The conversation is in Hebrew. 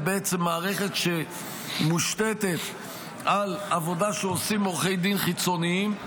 מערכת שמושתתת על עבודה שעושים עורכי דין חיצוניים.